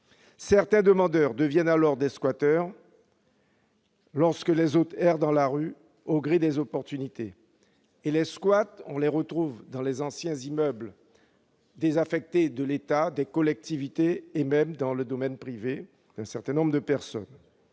Certains demandeurs deviennent alors des squatteurs, lorsque les autres errent dans la rue au gré des opportunités. Et les squats, on les retrouve dans les anciens immeubles désaffectés de l'État, des collectivités et, même, dans le domaine privé. Autre problème,